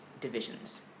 divisions